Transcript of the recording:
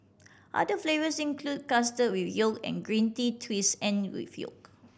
other flavours include custard with yolk and green tea twist and with yolk